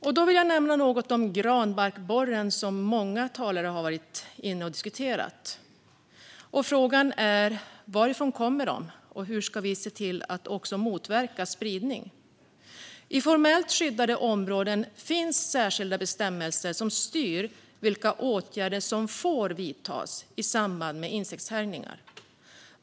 Jag vill nämna något om granbarkborren, som många talare varit inne på. Frågan är varifrån den kommer och hur vi ska se till att motverka spridning. För formellt skyddade områden finns särskilda bestämmelser som styr vilka åtgärder som får vidtas i samband med insektshärjningar.